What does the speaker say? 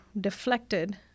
deflected